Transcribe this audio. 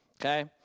Okay